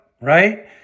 right